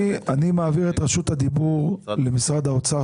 אני מעביר את רשות הדיבור למשרד האוצר.